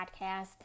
Podcast